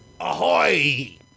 Ahoy